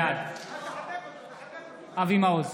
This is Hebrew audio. בעד אבי מעוז,